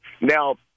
Now